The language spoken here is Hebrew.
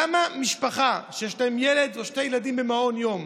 למה משפחה שיש לה ילד או שני ילדים במעון יום